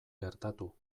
gertatu